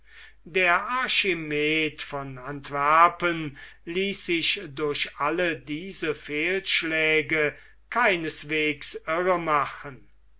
der archimed von antwerpen ließ sich durch alle diese fehlschläge keineswegs irre machen